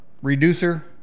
reducer